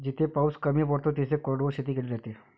जिथे पाऊस कमी पडतो तिथे कोरडवाहू शेती केली जाते